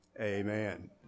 amen